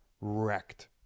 wrecked